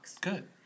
Good